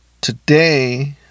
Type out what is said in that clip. today